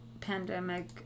pandemic